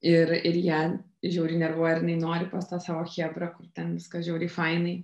ir ir ją žiauriai nervuoja ir jinai nori pas tą savo chebrą kur ten viskas žiauriai fainai